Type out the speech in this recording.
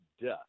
death